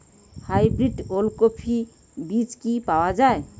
Hybrid ওলকফি বীজ কি পাওয়া য়ায়?